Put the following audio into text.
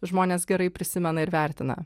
žmonės gerai prisimena ir vertina